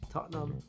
Tottenham